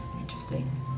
Interesting